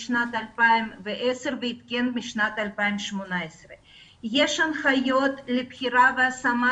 משנת 2010 ועדכן בשנת 2018. יש הנחיות לבחירה והשמת